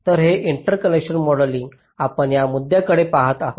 तर हे interconnection modelling आपण या मुद्द्यांकडे पाहत आहोत